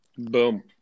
Boom